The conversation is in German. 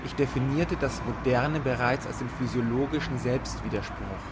ich definirte das moderne bereits als den physiologischen selbst widerspruch